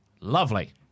Lovely